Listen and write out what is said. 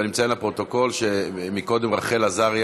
ואני מציין לפרוטוקול שקודם רחל עזריה